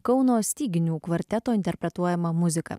kauno styginių kvarteto interpretuojama muzika